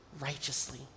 righteously